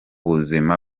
buzima